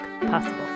possible